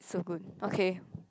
so good okay